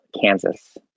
Kansas